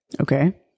Okay